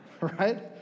Right